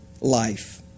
life